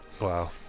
Wow